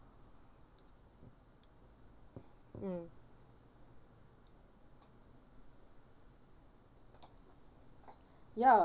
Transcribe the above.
mm ya